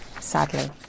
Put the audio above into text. sadly